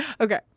Okay